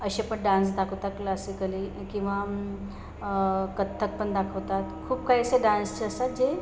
असे पण डान्स दाखवतात क्लासिकली किंवा कथ्थक पण दाखवतात खूप काही असे डान्स जे असतात जे